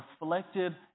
reflected